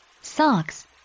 Socks